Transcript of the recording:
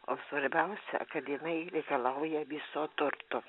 o svarbiausia kad jinai reikalauja viso turto